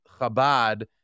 Chabad